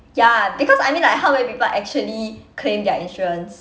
ya because I mean like how many people actually claim their insurance